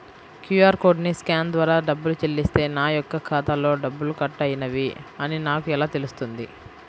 QR కోడ్ని scan ద్వారా డబ్బులు చెల్లిస్తే నా యొక్క ఖాతాలో డబ్బులు కట్ అయినవి అని నాకు ఎలా తెలుస్తుంది?